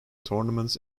tournaments